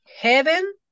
heaven